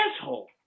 Asshole